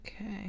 Okay